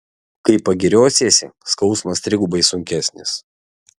kai pagiriosiesi skausmas trigubai sunkesnis